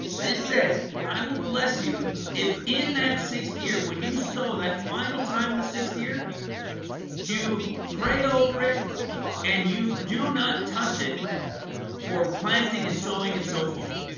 this says i will bless you if in that sixth year when you sow that final time in the sixth year you pray over it and you do not touch it for planting and sowing and so forth.